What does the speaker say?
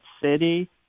city